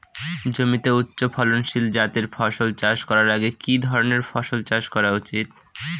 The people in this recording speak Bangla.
জমিতে উচ্চফলনশীল জাতের ফসল চাষ করার আগে কি ধরণের ফসল চাষ করা উচিৎ?